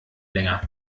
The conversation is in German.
länger